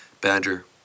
badger